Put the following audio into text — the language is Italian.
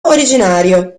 originario